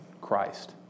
Christ